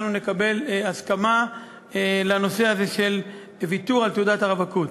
אנחנו נקבל הסכמה לנושא הזה של ויתור על תעודת הרווקות.